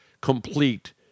complete